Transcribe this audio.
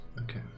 okay